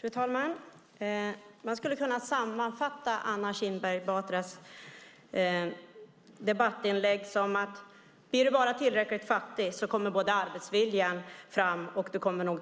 Fru talman! Man skulle kunna sammanfatta Anna Kinberg Batras anförande så här: Blir du bara tillräckligt fattig kommer arbetsviljan fram och